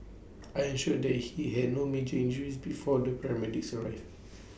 I ensured that he had no major injuries before the paramedics arrived